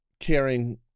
caring